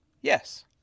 Yes